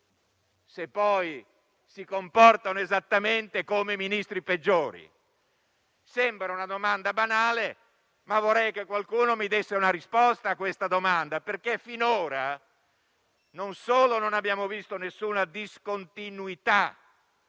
se poi si comportano esattamente come quelli peggiori? Sembra una domanda banale, ma vorrei che qualcuno mi desse una risposta, perché finora non solo non abbiamo visto alcuna discontinuità